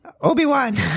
Obi-Wan